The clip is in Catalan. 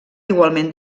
igualment